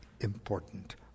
important